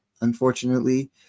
unfortunately